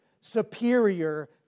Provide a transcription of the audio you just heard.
superior